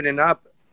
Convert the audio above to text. up